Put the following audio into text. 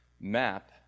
map